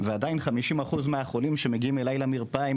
ועדיין כ-50% מהחולים שמגיעים למרפאה עם